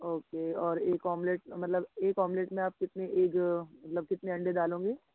okay और एक omelette मतलब एक आमलेट में आप कितने एग मतलब कितने अंडे डालेंगे